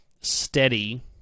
steady